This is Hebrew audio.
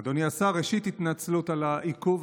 אדוני השר, ראשית, התנצלות על העיכוב.